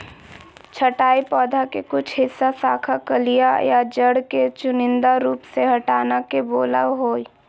छंटाई पौधा के कुछ हिस्सा, शाखा, कलियां या जड़ के चुनिंदा रूप से हटाना के बोलो हइ